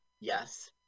Yes